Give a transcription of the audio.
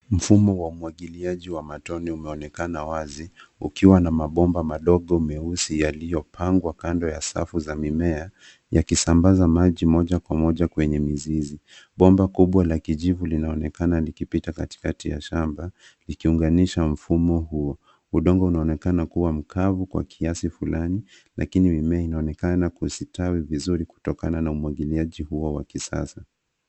Mfumo wa umwagiliaji wa matone unaonekana wazi ukiwa na mabomba madogo meusi yaliyopangwa kando ya safu za mimea yakisambaza maji moja kwa moja kwenye mizizi. Bomba kubwa la kijivu linaonekana likipita katikati ya shamba ikiunganisha mfumo huo. Udongo unaonekana kuwa mkavu kwa kiasi fulani lakini mimea inaonekana kustawi vizuri kutokana na umwagiliaji huo wa kisasa.